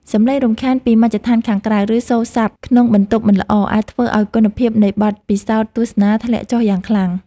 សំឡេងរំខានពីមជ្ឈដ្ឋានខាងក្រៅ ឬសូរស័ព្ទក្នុងបន្ទប់មិនល្អ អាចធ្វើឱ្យគុណភាពនៃបទពិសោធន៍ទស្សនាធ្លាក់ចុះយ៉ាងខ្លាំង។